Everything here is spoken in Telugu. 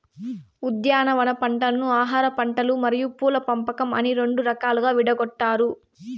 ఉద్యానవన పంటలను ఆహారపంటలు మరియు పూల పంపకం అని రెండు రకాలుగా విడగొట్టారు